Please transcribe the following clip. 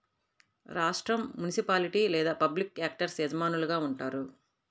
రాష్ట్రం, మునిసిపాలిటీ లేదా public actors యజమానులుగా ఉంటారు